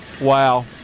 Wow